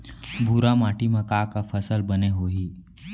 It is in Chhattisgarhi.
भूरा माटी मा का का फसल बने होही?